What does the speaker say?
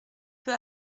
peu